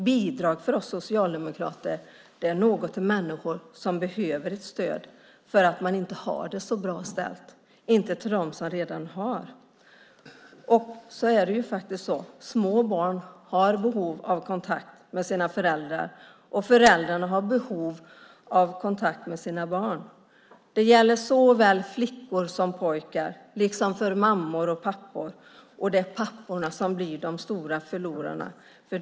Bidrag är för oss socialdemokrater något som är till för människor som behöver stöd för att de inte har det så bra ställt - inte för dem som redan har. Små barn har behov av kontakt med sina föräldrar, och föräldrarna har behov av kontakt med sina barn: Det gäller såväl flickor som pojkar, mammor och pappor, och det är papporna som blir de stora förlorarna.